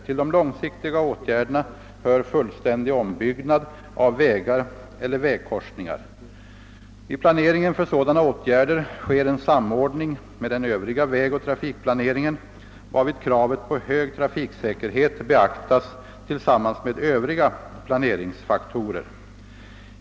Till de långsiktiga åtgärderna hör fullständig ombyggnad av vägar eller vägkorsningar. Vid planeringen för sådana åtgärder sker en samordning med den övriga vägoch trafikplaneringen, varvid kravet på hög trafiksäkerhet beaktas tillsammans med övriga planeringsfaktorer.